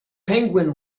penguin